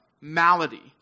malady